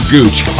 Gooch